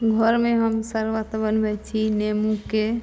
घरमे हम शर्बत बनबै छी नेबोके